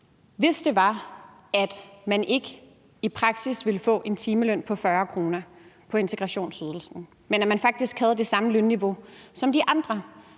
at man ikke i praksis ville få en timeløn på 40 kr. på integrationsydelsen, men faktisk havde det samme lønniveau som de andre,